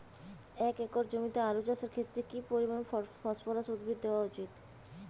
এক একর জমিতে আলু চাষের ক্ষেত্রে কি পরিমাণ ফসফরাস উদ্ভিদ দেওয়া উচিৎ?